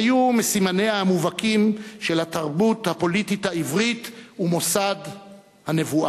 היו מסימניה המובהקים של התרבות הפוליטית העברית ומוסד הנבואה.